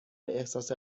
احساس